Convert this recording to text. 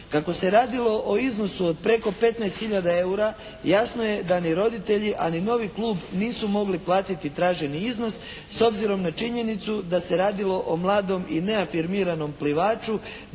Kako se radio o iznosu preko 15 hiljada eura, jasno je da ni roditelji a ni novi klub nisu mogli platiti traženi iznos, s obzirom na činjenicu da se radilo o mladom i neafirmiranom plivaču